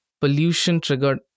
pollution-triggered